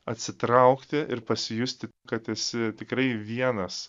atsitraukti ir pasijusti kad esi tikrai vienas